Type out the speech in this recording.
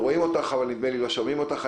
תודה רבה.